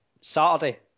Saturday